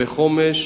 בחומש